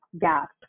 gap